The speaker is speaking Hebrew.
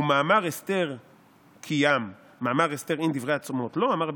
"'ומאמר אסתר קיים' מאמר אסתר אין דברי הצומות לא אמר רבי